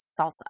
salsa